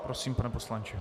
Prosím, pane poslanče.